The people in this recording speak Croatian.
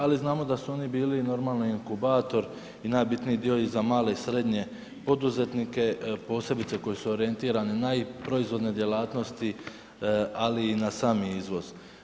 Ali znamo da su oni bili i inkubator i najbitniji dio za male i srednje poduzetnike, posebice koji su orijentirani naj proizvodne djelatnosti, ali i na sami izvoz.